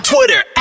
Twitter